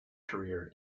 career